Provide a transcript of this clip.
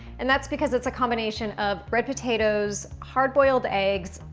and that's because it's a combination of red potatoes, hard boiled eggs,